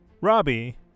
Robbie